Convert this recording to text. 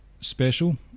special